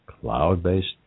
cloud-based